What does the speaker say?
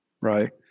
right